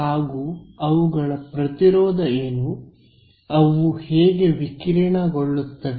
ಹಾಗೂ ಅವುಗಳ ಪ್ರತಿರೋಧ ಏನು ಅವು ಹೇಗೆ ವಿಕಿರಣಗೊಳ್ಳುತ್ತವೆ